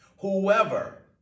Whoever